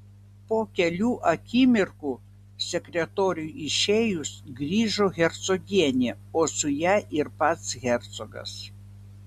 po kelių akimirkų sekretoriui išėjus grįžo hercogienė o su ja ir pats hercogas